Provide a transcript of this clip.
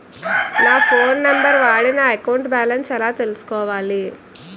నా phone number వాడి నా అకౌంట్ బాలన్స్ ఎలా తెలుసుకోవాలి?